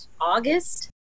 August